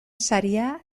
saria